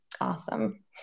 awesome